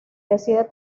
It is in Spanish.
decide